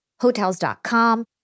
Hotels.com